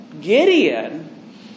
Gideon